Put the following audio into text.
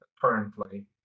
currently